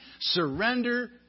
surrender